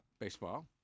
Baseball